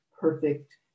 perfect